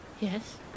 Yes